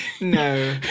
No